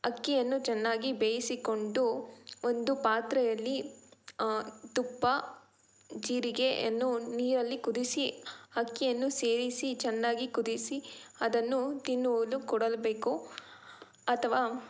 ಅಕ್ಕಿಯನ್ನು ಚೆನ್ನಾಗಿ ಬೇಯಿಸಿಕೊಂಡು ಒಂದು ಪಾತ್ರೆಯಲ್ಲಿ ತುಪ್ಪ ಜೀರಿಗೆಯನ್ನು ನೀರಲ್ಲಿ ಕುದಿಸಿ ಅಕ್ಕಿಯನ್ನು ಸೇರಿಸಿ ಚೆನ್ನಾಗಿ ಕುದಿಸಿ ಅದನ್ನು ತಿನ್ನಲು ಕೊಡಬೇಕು ಅಥವಾ